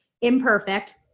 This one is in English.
imperfect